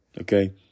okay